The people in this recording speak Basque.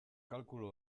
kalkulu